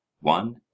one